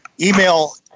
Email